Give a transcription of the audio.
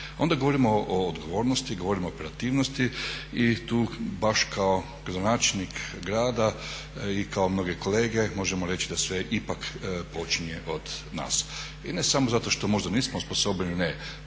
Onda govorimo o odgovornosti, govorimo o operativnosti i tu baš kao gradonačelnik grada i kao mnoge kolege možemo reći da sve ipak počinje od nas. I ne samo zato što možda nismo osposobljeni,